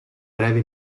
breve